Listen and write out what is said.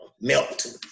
melt